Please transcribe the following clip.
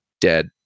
dead